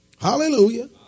Hallelujah